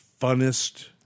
funnest